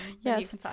Yes